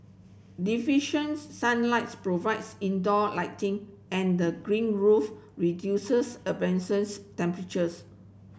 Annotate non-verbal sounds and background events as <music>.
deficient <unintelligible> sunlight's provides indoor lighting and the green roof reduces <unintelligible> temperatures